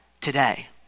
today